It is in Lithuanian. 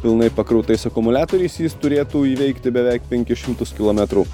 pilnai pakrautais akumuliatoriais jis turėtų įveikti beveik penkis šimtus kilometrų